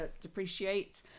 depreciate